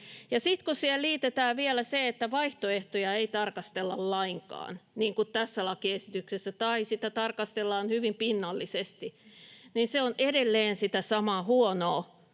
sitten kun siihen liitetään vielä se, että vaihtoehtoja ei tarkastella lainkaan, niin kuin tässä lakiesityksessä, tai niitä tarkastellaan hyvin pinnallisesti, niin se on edelleen sitä samaa huonoa